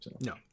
No